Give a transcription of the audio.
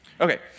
Okay